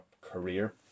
career